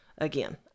again